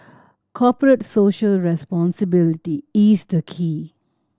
Corporate Social Responsibility is the key